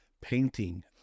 painting